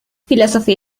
philosophy